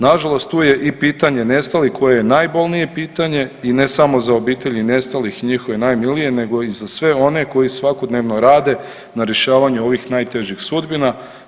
Nažalost tu je i pitanje nestalih, koje je najbolnije pitanje i ne samo za obitelji nestalih i njihove najmilije nego i za sve one koji svakodnevno rade na rješavanju ovih najtežih sudbina.